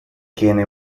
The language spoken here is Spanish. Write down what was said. tiene